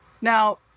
Now